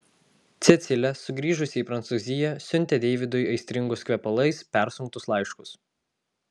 cecilė sugrįžusi į prancūziją siuntė deividui aistringus kvepalais persunktus laiškus